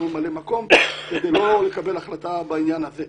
ממלא-מקום כדי לא לקבל החלטה בעניין הזה.